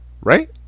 Right